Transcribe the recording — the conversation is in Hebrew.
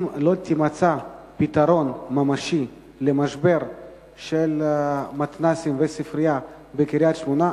אם לא יימצא פתרון ממשי למשבר המתנ"סים והספרייה בקריית-שמונה,